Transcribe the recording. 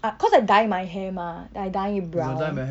because I dye my hair mah I dye it brown